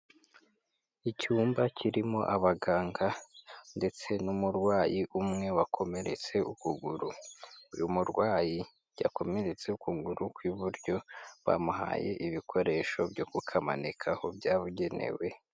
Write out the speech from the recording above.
Icyumba kirimo abaganga ndetse n'umurwayi umwe wakomeretse ukuguru, uyu murwayi yakomeretse ukuguru kw'iburyo bamuhaye ibikoresho byo kukamanikaho byabugenewe.